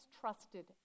trusted